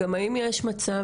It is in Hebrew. גם האם יש מצב,